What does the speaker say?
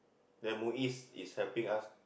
the M_U_I_S is helping us